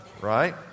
right